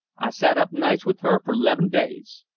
i sat up nights with her for leven days.